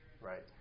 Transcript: right